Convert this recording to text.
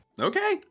Okay